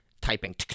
typing